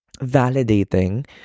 validating